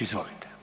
Izvolite.